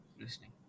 listening